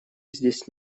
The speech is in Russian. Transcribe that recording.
здесь